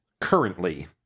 currently